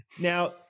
Now